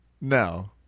no